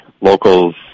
locals